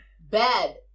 bed